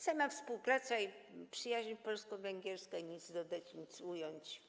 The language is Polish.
Sama współpraca i przyjaźń polsko-węgierska - nic dodać, nic ująć.